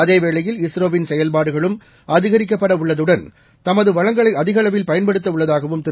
அதேவேளையில் இஸ்ரோவின் செயல்பாடுகளும் அதிகரிக்கப்படவுள்ளதுடன் தனது வளங்களை அதிக அளவில் பயன்படுத்த உள்ளதாகவும் திரு